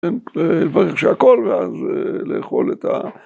‫לברך שהכול, ואז לאכול את ה...